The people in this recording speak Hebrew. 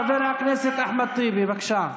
חבר הכנסת אחמד טיבי, בבקשה.